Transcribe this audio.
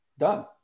Done